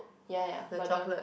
ya ya but the